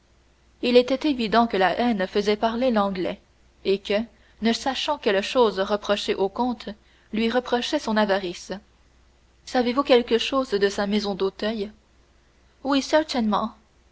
il était évident que la haine faisait parler l'anglais et que ne sachant quelle chose reprocher au comte il lui reprochait son avarice savez-vous quelque chose de sa maison d'auteuil oui